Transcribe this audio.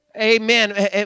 Amen